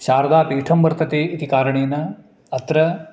शारदापीठं वर्तते इति कारणेन अत्र